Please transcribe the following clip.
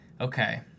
Okay